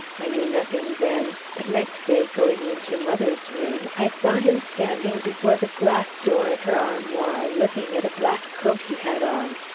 i knew nothing then but next day, going into mother's room, i saw him standing before the glass door of her armoir, looking at a black coat he had on.